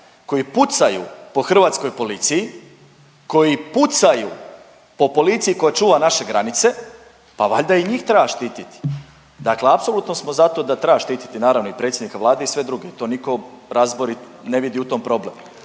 koji pucaju po hrvatskoj policiji, koji pucaju po policiji koja čuva naše granice. Pa valjda i njih treba štititi. Dakle apsolutno smo za to da treba štititi naravno i predsjednika Vlade i sve druge, to nitko razborit ne vidi u tom problem